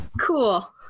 Cool